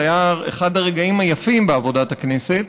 זה היה אחד הרגעים היפים בעבודת הכנסת,